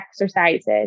exercises